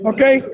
Okay